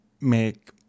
make